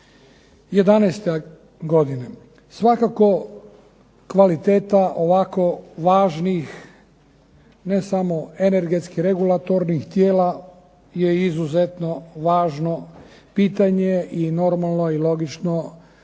2011. godine. Svakako, kvaliteta ovako važnih ne samo energetskih regulatornih tijela je izuzetno važno pitanje i normalno je i logično da